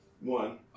one